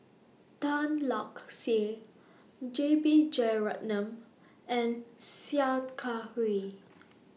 Tan Lark Sye J B Jeyaretnam and Sia Kah Hui